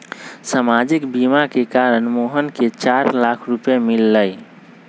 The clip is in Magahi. सामाजिक बीमा के कारण मोहन के चार लाख रूपए मिल लय